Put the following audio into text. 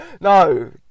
No